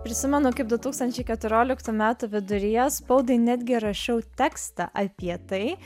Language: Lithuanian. prisimenu kaip du tūkstančiai keturioliktų metų viduryje spaudai netgi rašiau tekstą apie tai